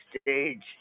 stage